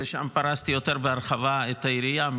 ושם פרסתי בהרחבה את היריעה,